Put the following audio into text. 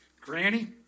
Granny